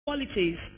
qualities